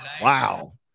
Wow